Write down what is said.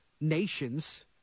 nations